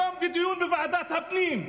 היום בדיון בוועדת הפנים,